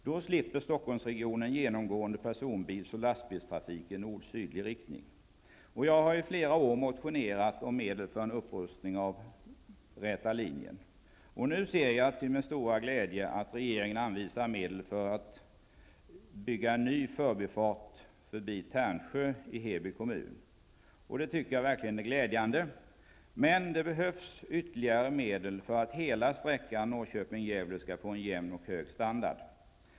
Då slipper Stockholmsregionen genomgående personbils och lastbilstrafik i nordsydlig riktning. Jag har i flera år motionerat om medel för en upprustning av ''rätalinjen''. Nu ser jag till min stora glädje att regeringen anvisar medel för att en ny förbifart skall kunna byggas vid Tärnsjö i Heby kommun. Men det behövs efter hand ytterligare medel för att hela sträckan Norrköping--Gävle skall få en jämn och hög standard.